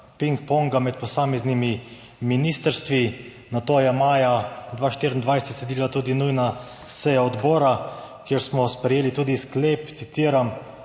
pingponga med posameznimi ministrstvi. Nato je maja 2024 sledila tudi nujna seja odbora, kjer smo sprejeli tudi sklep, citiram: